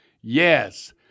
Yes